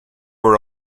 were